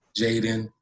Jaden